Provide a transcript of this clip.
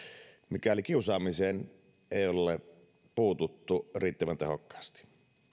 mikäli kiusaamiseen ei ole puututtu riittävän tehokkaasti